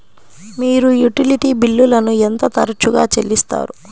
మీరు యుటిలిటీ బిల్లులను ఎంత తరచుగా చెల్లిస్తారు?